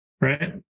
right